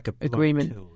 agreement